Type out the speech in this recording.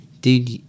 dude